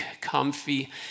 comfy